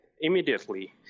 immediately